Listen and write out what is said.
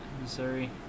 Missouri